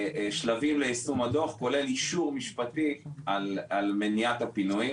השלבים ליישום הדוח כולל אישור משפטי על מניעת הפינויים,